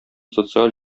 социаль